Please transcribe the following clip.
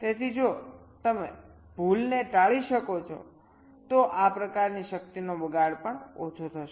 તેથી જો તમે ભૂલને ટાળી શકો છો તો આ પ્રકારની શક્તિનો બગાડ પણ ઓછો થશે